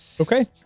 Okay